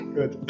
Good